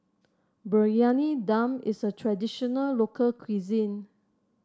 Briyani Dum is a traditional local cuisine